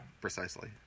Precisely